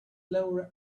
lower